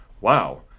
wow